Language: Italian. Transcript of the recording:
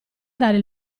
dare